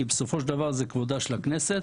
כי בסופו של דבר זה כבודה של הכנסת,